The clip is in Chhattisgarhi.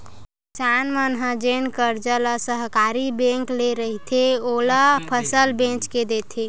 किसान मन ह जेन करजा ल सहकारी बेंक ले रहिथे, ओला फसल बेच के देथे